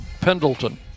pendleton